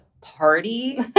party